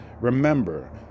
remember